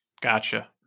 Gotcha